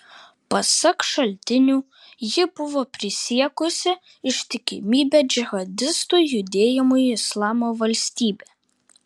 pasak šaltinių ji buvo prisiekusi ištikimybę džihadistų judėjimui islamo valstybė